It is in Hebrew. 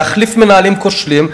להחליף מנהלים כושלים,